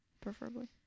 preferably